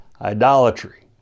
idolatry